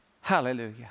Hallelujah